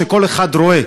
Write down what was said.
שכל אחד רואה,